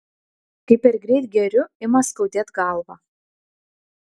kai per greit geriu ima skaudėt galvą